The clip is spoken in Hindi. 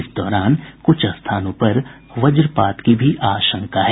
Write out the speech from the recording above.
इस दौरान कुछ स्थानों पर वज्रपात की भी आशंका है